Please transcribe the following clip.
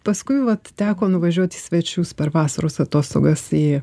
paskui vat teko nuvažiuot į svečius per vasaros atostogas į